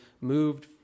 moved